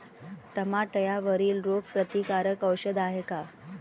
टमाट्यावरील रोग प्रतीकारक औषध हाये का?